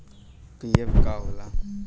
PF का होला?